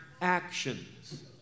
actions